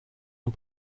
und